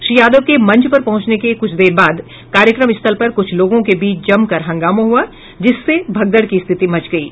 श्री यादव के मंच पर पहुंचने के कुछ देर बाद कार्यक्रम स्थल पर कुछ लोगों के बीच जमकर हंगामा हुआ जिससे भगदड़ की स्थिति मच गयी